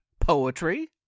poetry